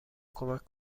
کمک